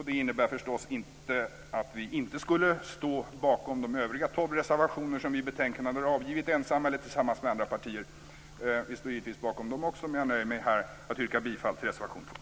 Det innebär förstås inte att vi inte skulle stå bakom de övriga tolv reservationer som vi har avgivit i betänkandet ensamma eller tillsammans med andra partier. Vi står givetvis bakom dem också, men jag nöjer mig här med att yrka bifall till reservation 2.